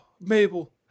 Mabel